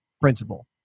principle